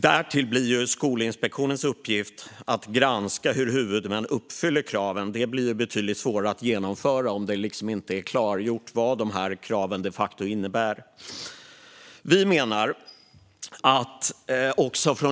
Därtill blir Skolinspektionens uppgift att granska hur huvudmännen uppfyller kraven, och det blir betydligt svårare att genomföra om det inte är klargjort vad dessa krav de facto innebär.